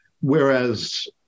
Whereas